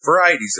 varieties